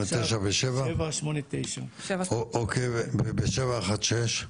789. אוקיי, ו-716?